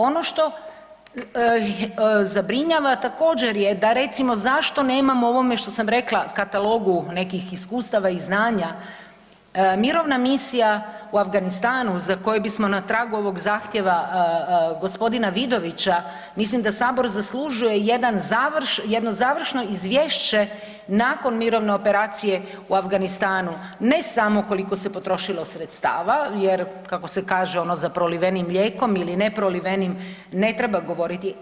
Ono što zabrinjava također je da recimo zašto nemamo u ovome što sam rekla katalogu nekih iskustava i znanja mirovna misija u Afganistanu za koju bismo na tragu ovog zahtjeva gospodina Vidovića, mislim da Sabor zaslužuje jedno završno izvješće nakon mirovine operacije u Afganistanu, ne samo koliko se potrošilo sredstava jer kako se kaže ono za prolivenim mlijekom ili ne prolivenim ne treba govoriti.